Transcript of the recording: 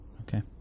Okay